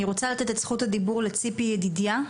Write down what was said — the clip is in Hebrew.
רוצה לתת את זכות הדיבור לציפי ידידיה,